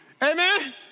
Amen